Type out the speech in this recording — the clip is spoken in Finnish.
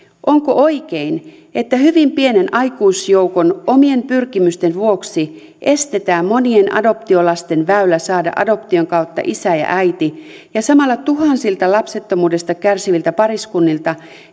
onko oikein että hyvin pienen aikuisjoukon omien pyrkimysten vuoksi estetään monien adoptiolasten väylä saada adoption kautta isä ja äiti ja samalla tuhansille lapsettomuudesta kärsiville pariskunnille